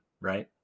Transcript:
right